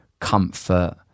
comfort